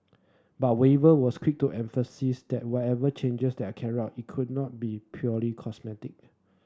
but Weaver was quick to emphasise that whatever changes there are carried out it could not be purely cosmetic